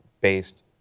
based